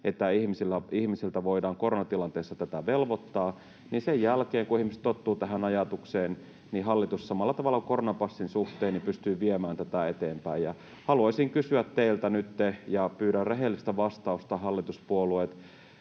että ihmisiltä voidaan koronatilanteessa tätä velvoittaa, niin sen jälkeen kun ihmiset tottuvat tähän ajatukseen, hallitus samalla tavalla kuin koronapassin suhteen pystyy viemään tätä eteenpäin. Haluaisin kysyä teiltä nyt ja pyydän rehellistä vastausta, hallituspuolueet: